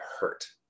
hurt